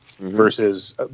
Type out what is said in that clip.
Versus